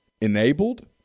enabled